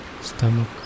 stomach